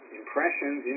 impressions